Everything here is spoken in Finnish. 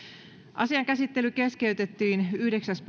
asian käsittely keskeytettiin yhdeksäs